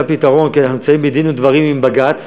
כי אנחנו נמצאים בדין ודברים עם בג"ץ,